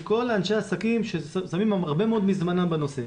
כל אנשי העסקים ששמים הרבה מאוד מזמנם בנושא.